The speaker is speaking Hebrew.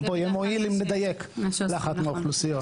גם פה יהיה מועיל אם נדייק לאחת מהאוכלוסיות.